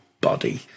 body